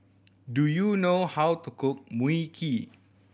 do you know how to cook Mui Kee